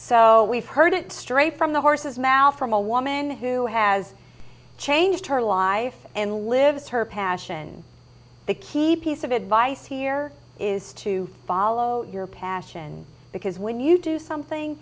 so we've heard it straight from the horse's mouth from a woman who has changed her life and lives her passion the key piece of advice here is to follow your passion because when you do something